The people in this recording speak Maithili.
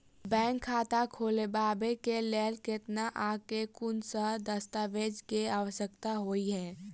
बैंक खाता खोलबाबै केँ लेल केतना आ केँ कुन सा दस्तावेज केँ आवश्यकता होइ है?